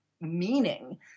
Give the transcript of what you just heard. meaning